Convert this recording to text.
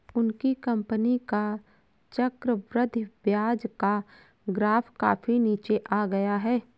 उनकी कंपनी का चक्रवृद्धि ब्याज का ग्राफ काफी नीचे आ गया है